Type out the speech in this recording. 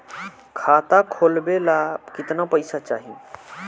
खाता खोलबे ला कितना पैसा चाही?